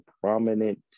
prominent